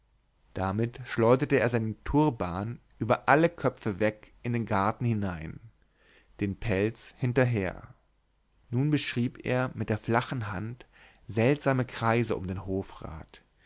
damit schleuderte er seinen turban über alle köpfe weg in den garten hinein den pelz hinterher nun beschrieb er mit der flachen hand seltsame kreise um den hofrat